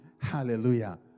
Hallelujah